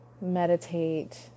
meditate